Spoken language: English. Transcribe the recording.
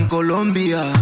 Colombia